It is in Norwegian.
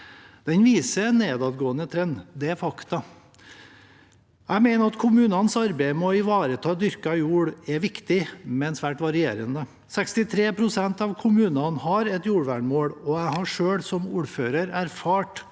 Den viser en nedadgående trend. Det er fakta. Jeg mener kommunenes arbeid med å ivareta dyrket jord er viktig, men svært varierende. Det er 63 pst. av kommunene som har et jordvernmål, og jeg har selv som ordfører erfart klassiske